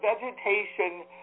vegetation